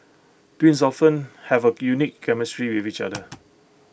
twins often have A unique chemistry with each other